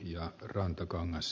herra puhemies